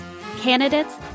candidates